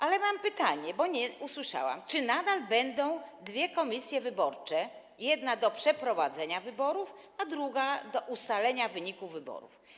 Ale mam pytanie, bo nie usłyszałam: Czy nadal będą dwie komisje wyborcze - jedna do przeprowadzenia wyborów, a druga do ustalenia wyników wyborów?